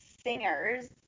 Singers